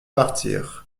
partir